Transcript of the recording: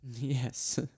Yes